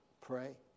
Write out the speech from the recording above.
Pray